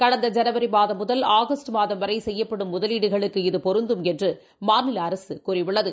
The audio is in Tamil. கடந்த ஜனவரிமாதம் முதல் ஆகஸ்ட் மாதம் வரைசெய்யப்படும் முதலீடுகளுக்கு இது பொருந்தும் என்றுமாநிலஅரசுகூறியுள்ளது